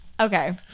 Okay